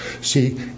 See